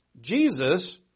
Jesus